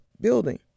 building